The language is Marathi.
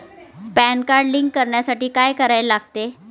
पॅन कार्ड लिंक करण्यासाठी काय करायला लागते?